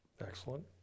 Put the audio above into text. Excellent